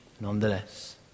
nonetheless